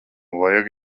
vajag